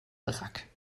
wrack